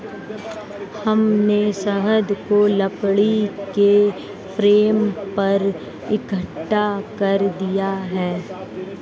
हमने शहद को लकड़ी के फ्रेम पर इकट्ठा कर दिया है